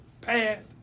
path